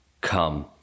come